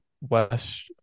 west